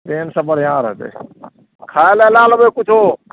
ट्रेनसे बढ़िआँ रहतै खाए ले लै लेबै किछु